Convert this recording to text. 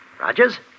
Rogers